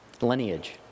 lineage